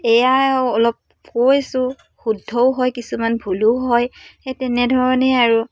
এয়াই অলপ কৈছোঁ শুদ্ধও হয় কিছুমান ভুলো হয় সেই তেনেধৰণেই আৰু